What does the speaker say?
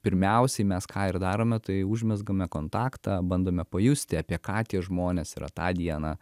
pirmiausiai mes ką ir darome tai užmezgame kontaktą bandome pajusti apie ką tie žmonės yra tą dieną